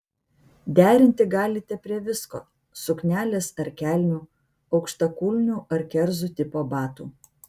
derinti galite prie visko suknelės ar kelnių aukštakulnių ar kerzų tipo batų